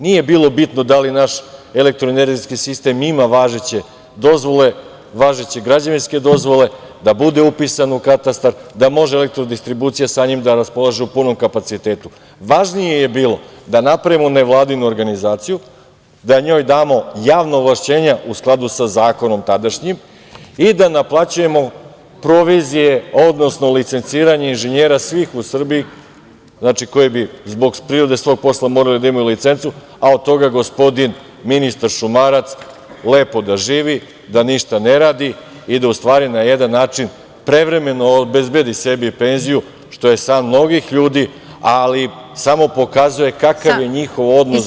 Nije bilo bitno da li naš elektroenergetski sistem ima važeće dozvole, važeće građevinske dozvole, da bude upisan u katastar, da može „Elektrodistribucija“ sa njim da raspolaže u punom kapacitetu, važnije je bilo da napravimo nevladinu organizaciju, da njoj damo javna ovlašćenja u skladu sa zakonom tadašnjim i da naplaćujemo provizije, odnosno licenciranje inženjera svih u Srbiji koji bi zbog prirode svog posla morali da imaju licencu, a od toga gospodin ministar Šumarac, lepo da živi, da ništa ne radi i da na jedan način prevremeno obezbedi sebi penziju što je san mnogih ljudi, ali samo pokazuje kakav je njihov odnos…